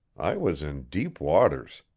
i was in deep waters.